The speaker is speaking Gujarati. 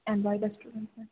N Y રેસીડેન્સીમાંથી